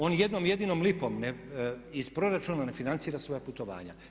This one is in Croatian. On jednom jedinom lipom iz proračuna ne financira svoja putovanja.